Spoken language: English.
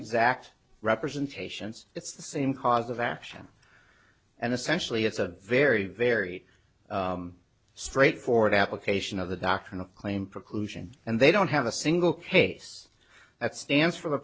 exact representations it's the same cause of action and essentially it's a very very straightforward application of the doctrine of claim preclusion and they don't have a single case that stands for the